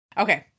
Okay